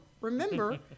remember